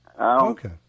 Okay